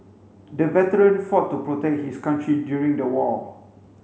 the veteran fought to protect his country during the war